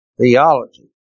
theology